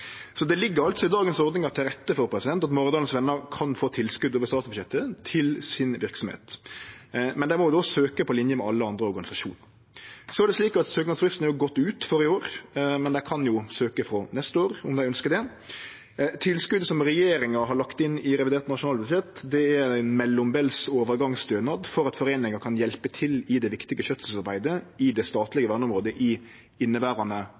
Så det ligg altså i dagens ordningar til rette for at Maridalens Venner kan få tilskot over statsbudsjettet til verksemda si, men dei må søkje på linje med alle andre organisasjonar. Så er det slik at søknadsfristen har gått ut for i år, men dei kan søkje frå neste år om dei ønskjer det. Tilskotet som regjeringa har lagt inn i revidert nasjonalbudsjett, er ein mellombels overgangsstønad for at foreininga kan hjelpe til i det viktige skjøtselsarbeidet i det statlege verneområdet i inneverande